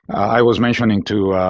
i was mentioning to